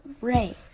Ray